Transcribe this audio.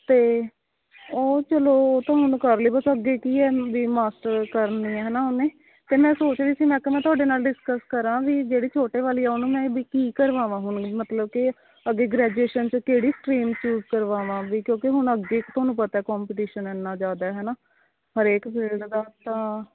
ਅਤੇ ਉਹ ਚਲੋ ਉਹ ਤਾਂ ਹੁਣ ਕਰ ਲਈ ਬਟ ਅੱਗੇ ਕੀ ਹੈ ਵੀ ਮਾਸਟਰ ਕਰਨੀ ਹੈ ਹੈ ਨਾ ਉਹਨੇ ਅਤੇ ਮੈਂ ਸੋਚ ਰਹੀ ਸੀ ਮੈਂ ਕਿਹਾ ਮੈਂ ਤੁਹਾਡੇ ਨਾਲ਼ ਡਿਸਕਸ ਕਰਾਂ ਵੀ ਜਿਹੜੇ ਛੋਟੇ ਵਾਲੀ ਹੈ ਉਹਨੂੰ ਮੈਂ ਵੀ ਕੀ ਕਰਵਾਵਾਂ ਹੁਣ ਮਤਲਬ ਕਿ ਅੱਗੇ ਗ੍ਰੈਜੂਏਸ਼ਨ 'ਚ ਕਿਹੜੀ ਸਟ੍ਰੀਮ ਚੂਜ਼ ਕਰਵਾਵਾਂ ਵੀ ਕਿਉਂਕਿ ਹੁਣ ਅੱਗੇ ਵੀ ਤੁਹਾਨੂੰ ਪਤਾ ਏ ਕੰਮਪੀਟੀਸ਼ਨ ਇੰਨਾਂ ਜ਼ਿਆਦਾ ਏ ਹੈ ਨਾ ਹਰੇਕ ਫੀਲਡ ਦਾ ਤਾਂ